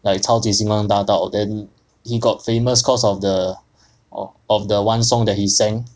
like 超级星光大道 then he got famous cause of the o~ of the one song that he sang